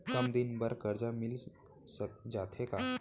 कम दिन बर करजा मिलिस जाथे का?